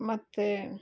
ಮತ್ತು